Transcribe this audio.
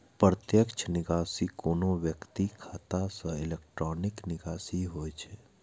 प्रत्यक्ष निकासी कोनो व्यक्तिक खाता सं इलेक्ट्रॉनिक निकासी होइ छै